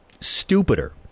stupider